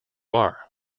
are